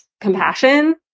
compassion